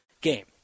game